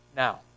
Now